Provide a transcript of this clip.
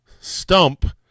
stump